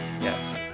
Yes